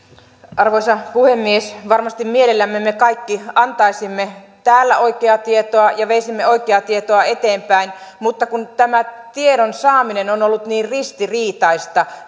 arvoisa puhemies varmasti mielellämme me kaikki antaisimme täällä oikeaa tietoa ja veisimme oikeaa tietoa eteenpäin mutta kun tämä tiedon saaminen on ollut niin ristiriitaista